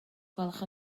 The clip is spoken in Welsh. gwelwch